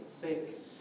sick